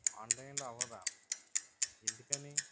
ఆన్లైన్లో అవ్వదా ఎందుకని